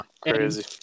Crazy